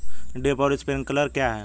Drip और sprinkler क्या हैं?